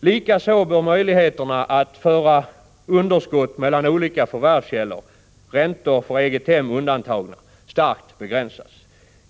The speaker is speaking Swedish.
Likaså bör möjligheterna att föra underskott mellan olika förvärvskällor — räntor för eget hem undantagna — starkt begränsas.